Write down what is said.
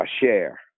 share